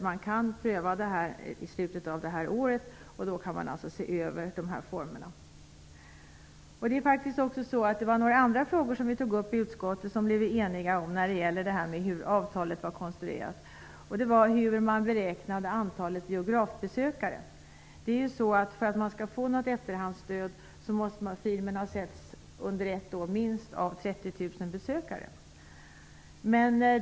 Man kan pröva det här i slutet av detta år och då se över formerna. Det var några andra frågor gällande avtalet som vi tog upp i utskottet och som vi är eniga om. Det gällde hur man beräknade antalet biografbesökare. För att man skall få något efterhandsstöd måste filmen under ett år ha setts av minst 30 000 besökare.